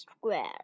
square